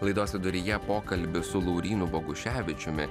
laidos viduryje pokalbis su laurynu boguševičiumi